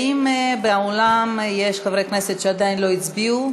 האם באולם יש חברי כנסת שעדיין לא הצביעו?